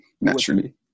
naturally